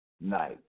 night